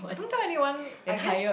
don't tell anyone I guess